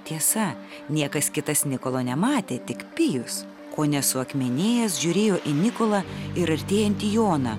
tiesa niekas kitas nikolo nematė tik pijus kone suakmenėjęs žiūrėjo į nikolą ir artėjantį joną